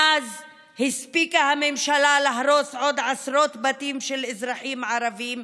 מאז הספיקה הממשלה להרוס עוד עשרות בתים של אזרחים ערבים,